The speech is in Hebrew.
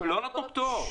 לא נתנו פטור.